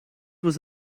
was